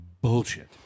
Bullshit